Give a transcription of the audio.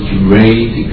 great